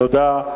תודה.